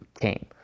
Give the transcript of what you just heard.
came